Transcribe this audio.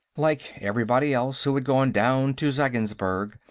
like everybody else who had gone down to zeggensburg,